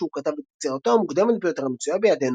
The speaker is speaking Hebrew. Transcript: כתב את יצירתו המוקדמת ביותר המצויה בידינו,